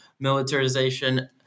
militarization